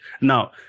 Now